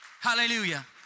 Hallelujah